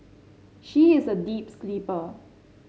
she is a deep sleeper